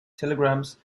telegrams